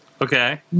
Okay